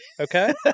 Okay